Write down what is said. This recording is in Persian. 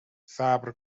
صبر